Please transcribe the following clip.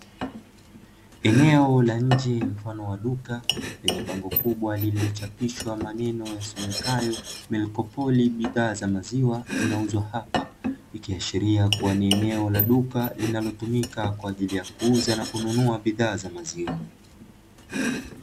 Eneo la nje mfano wa duka yenye bango kubwa limechapishwa maneno yasemekanayo "milkopoly" bidhaa za maziwa zinauzwa hapa kiashiria kuwa ni eneo la duka linalotumika kwa ajili ya kuuza na kununua bidhaa za maziwa.